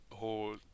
Whole